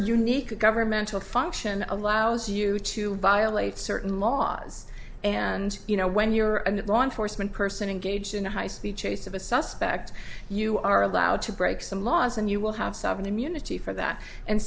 unique governmental function allows you to violate certain laws and you know when your and law enforcement person engaged in a high speed chase of a suspect you are allowed to break some laws and you will have seven immunity for that and